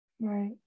Right